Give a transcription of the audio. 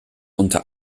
unter